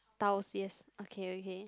tiles yes okay okay